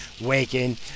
Waking